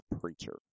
Preacher